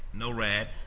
no rad,